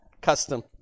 custom